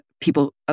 people